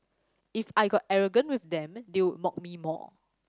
if I got arrogant with them they would mock me more